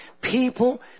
People